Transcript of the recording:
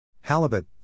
Halibut